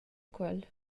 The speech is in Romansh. quel